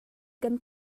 kan